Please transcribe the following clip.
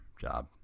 job